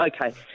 Okay